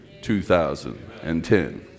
2010